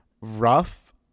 rough